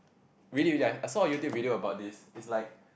really really I I saw a YouTube video about this is like